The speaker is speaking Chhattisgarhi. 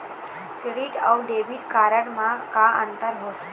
क्रेडिट अऊ डेबिट कारड म का अंतर हावे?